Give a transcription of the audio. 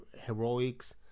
heroics